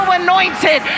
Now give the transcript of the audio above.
anointed